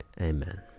Amen